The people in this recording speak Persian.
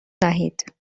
نهید